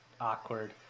awkward